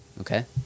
Okay